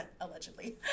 allegedly